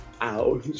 Ow